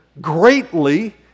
greatly